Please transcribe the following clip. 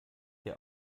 dir